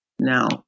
Now